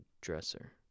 dresser